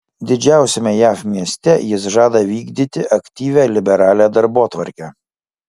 didžiausiame jav mieste jis žada vykdyti aktyvią liberalią darbotvarkę